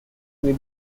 may